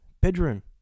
Bedroom